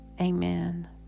Amen